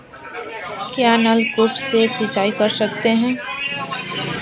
क्या नलकूप से सिंचाई कर सकते हैं?